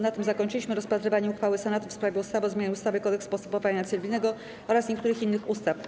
Na tym zakończyliśmy rozpatrywanie uchwały Senatu w sprawie ustawy o zmianie ustawy - Kodeks postępowania cywilnego oraz niektórych innych ustaw.